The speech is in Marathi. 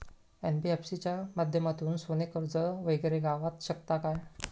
एन.बी.एफ.सी च्या माध्यमातून सोने कर्ज वगैरे गावात शकता काय?